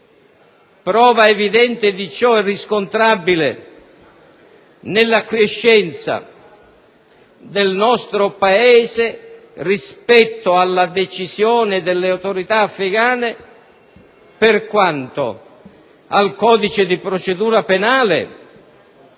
Prova evidente di ciò è riscontrabile nell'acquiescenza del nostro Paese rispetto alla decisione delle autorità africane per quanto concerne il codice di procedura penale,